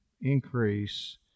increase